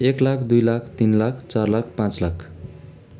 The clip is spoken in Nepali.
एक लाख दुइ लाख तिन लाख चार लाख पाँच लाख